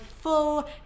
full